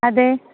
അതെ